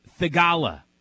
Thigala